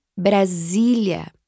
Brasília